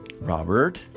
Robert